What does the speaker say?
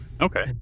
okay